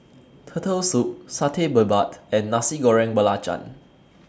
Turtle Soup Satay Babat and Nasi Goreng Belacan